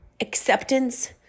acceptance